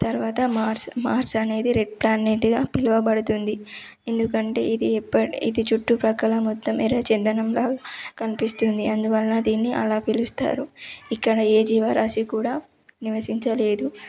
తర్వాత Mars Mars అనేది red ప్లానెట్గా పిలవబడుతుంది ఎందుకంటే ఇది ఎప్ప ఇది చుట్టుప్రక్కల మొత్తం ఎర్రచందనంలా కనిపిస్తుంది అందువలన దీన్ని అలా పిలుస్తారు ఇక్కడ ఏ జీవరాశి కూడా నివసించలేదు